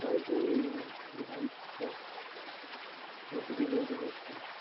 ହଁ କି ଲାଇନ୍ରେ ମୁଁ ଟିକେ ଜଲ୍ଦି କରୁଛି